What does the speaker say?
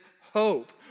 hope